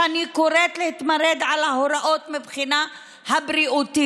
שאני קוראת להתמרד בעניין ההוראות מהבחינה הבריאותית.